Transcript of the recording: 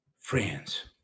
friends